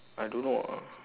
I don't know ah